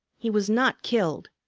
he was not killed.